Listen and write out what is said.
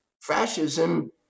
Fascism